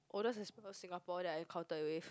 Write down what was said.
oldest is because Singapore that I had contact with